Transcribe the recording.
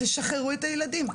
תשחררו את הילדים.